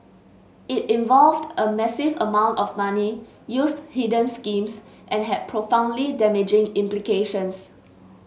it involved a massive amount of money used hidden schemes and had profoundly damaging implications